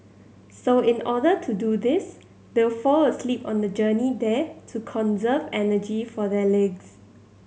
so in order to do this they'll fall asleep on the journey there to conserve energy for their legs